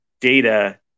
data